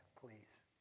please